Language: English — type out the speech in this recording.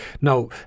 Now